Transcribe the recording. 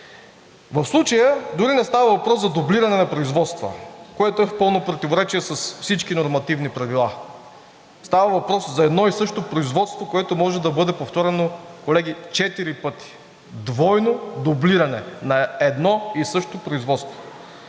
В случая дори не става въпрос за дублиране на производства, което е в пълно противоречие с всички нормативни правила. Става въпрос за едно и също производство, което може да бъде повторено, колеги, четири пъти – двойно дублиране, на едно и също производство!